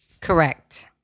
Correct